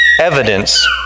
evidence